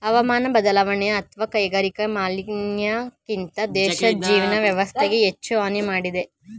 ಹವಾಮಾನ ಬದಲಾವಣೆ ಅತ್ವ ಕೈಗಾರಿಕಾ ಮಾಲಿನ್ಯಕ್ಕಿಂತ ದೇಶದ್ ಜೀವನ ವ್ಯವಸ್ಥೆಗೆ ಹೆಚ್ಚು ಹಾನಿ ಮಾಡಿದೆ